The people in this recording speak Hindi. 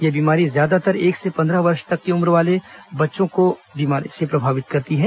यह बीमारी ज्यादातर एक से पंद्रह वर्ष तक की उम्र वाले बच्चों को को यह बीमारी प्रभावित करती है